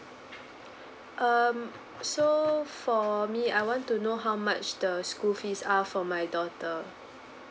um so for me I want to know how much the school fees are for my daughter